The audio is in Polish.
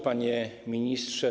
Panie Ministrze!